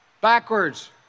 Backwards